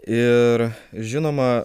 ir žinoma